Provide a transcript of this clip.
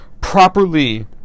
properly